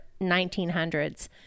1900s